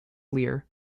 lear